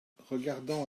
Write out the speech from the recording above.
regardant